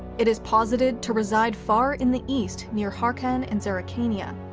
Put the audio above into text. it is posited to reside far in the east near haarkan and zerikania,